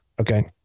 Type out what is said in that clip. okay